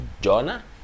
Jonah